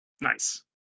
Nice